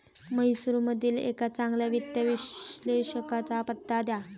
म्हैसूरमधील एका चांगल्या वित्त विश्लेषकाचा पत्ता द्या